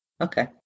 Okay